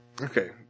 okay